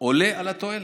עולה על התועלת.